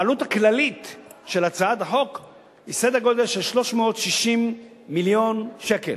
העלות הכללית של הצעת החוק היא סדר גודל של 360 מיליון שקל.